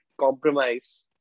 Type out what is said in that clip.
compromise